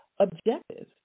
objectives